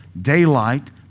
daylight